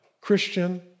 Christian